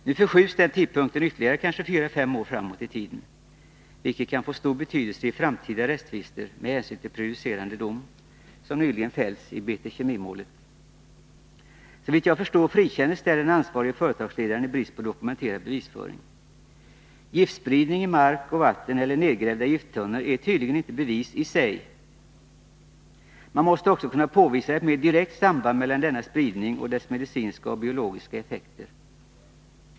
Nu förskjuts den tidpunkten ytterligare kanske fyra fem år framåt i tiden, vilket kan få stor betydelse i framtida rättstvister med hänsyn till den prejudicerande dom som nyligen fällts i BT Kemi-målet. Såvitt jag förstår frikändes där den ansvarige företagsledaren i brist på dokumenterad bevisföring. Giftspridning i mark och vatten eller nedgrävda gifttunnor är tydligen inga bevis i sig. Man måste också kunna påvisa ett mer direkt 141 samband mellan denna spridning och dess medicinska och biologiska effekter.